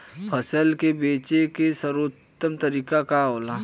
फसल के बेचे के सर्वोत्तम तरीका का होला?